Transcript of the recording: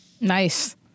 nice